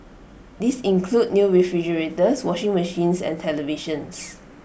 these include new refrigerators washing machines and televisions